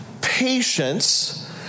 patience